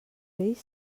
peix